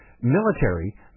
military